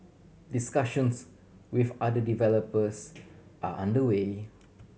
discussions with other developers are under way